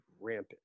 rampant